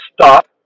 stop